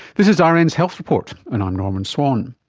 this is ah rn's health report and i'm norman swan.